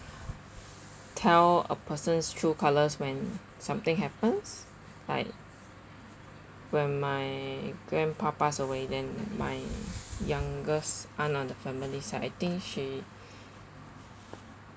tell a person's true colours when something happens like when my grandpa passed away then my youngest aunt of the family side I think she